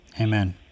Amen